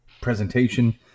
presentation